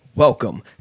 Welcome